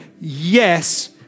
yes